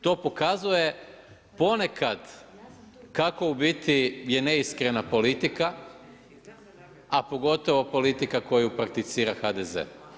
To pokazuje ponekad kako u biti je neiskrena politika a pogotovo politika koju prakticira HDZ.